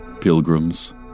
pilgrims